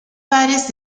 pares